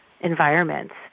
environments